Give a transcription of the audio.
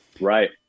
Right